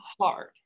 hard